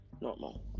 normal